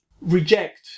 reject